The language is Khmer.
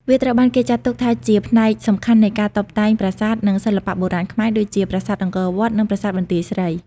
វាត្រូវបានគេចាត់ទុកថាជាផ្នែកសំខាន់នៃការតុបតែងប្រាសាទ និងសិល្បៈបុរាណខ្មែរ ដូចជា ប្រាសាទអង្គរវត្ត និងប្រាសាទបន្ទាយស្រី។